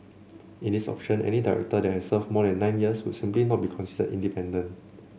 in this option any director that has served more than nine years would simply not be considered independent